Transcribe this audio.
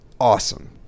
awesome